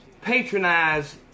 patronize